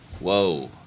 Whoa